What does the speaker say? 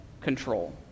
control